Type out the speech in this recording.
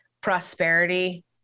prosperity